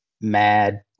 mad